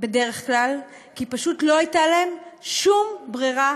בדרך כלל, כי פשוט לא הייתה להם שום ברירה,